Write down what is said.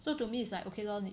so to me it's like okay lor 你